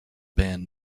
band